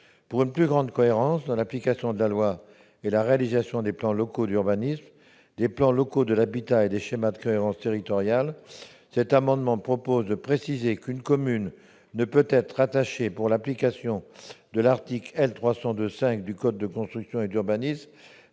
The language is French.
Pour une plus grande cohérence dans l'application de la loi et la réalisation des plans locaux d'urbanisme, des plans locaux de l'habitat et des schémas de cohérence territoriale, nous proposons de préciser qu'une commune ne peut être rattachée, pour l'application de l'article L. 302-5 du code de la construction et de